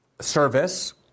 service